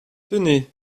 tenez